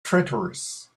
traitorous